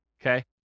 okay